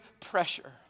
pressure